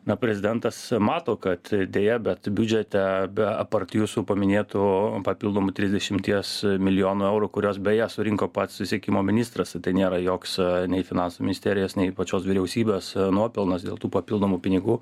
na prezidentas mato kad deja bet biudžete be aptart jūsų paminėtų papildomų trisdešimties milijonų eurų kuriuos beje surinko pats susiekimo ministras tai nėra joks nei finansų ministerijos nei pačios vyriausybės nuopelnas dėl tų papildomų pinigų